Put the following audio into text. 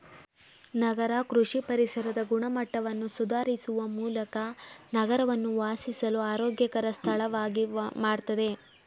ನಗರ ಕೃಷಿ ಪರಿಸರದ ಗುಣಮಟ್ಟವನ್ನು ಸುಧಾರಿಸುವ ಮೂಲಕ ನಗರವನ್ನು ವಾಸಿಸಲು ಆರೋಗ್ಯಕರ ಸ್ಥಳವಾಗಿ ಮಾಡ್ತದೆ